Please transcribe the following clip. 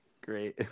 great